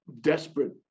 desperate